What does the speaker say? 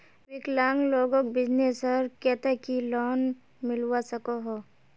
विकलांग लोगोक बिजनेसर केते की लोन मिलवा सकोहो?